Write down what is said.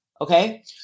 Okay